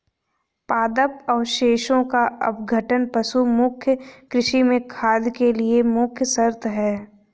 पादप अवशेषों का अपघटन पशु मुक्त कृषि में खाद के लिए मुख्य शर्त है